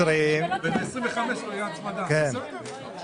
ברור לך ולי ששום הערה לא אמורה